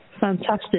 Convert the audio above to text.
Fantastic